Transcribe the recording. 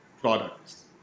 products